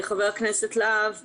חבר הכנסת להב הרצנו,